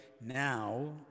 now